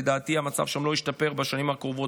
לדעתי המצב שם לא ישתפר בשנים הקרובות,